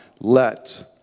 let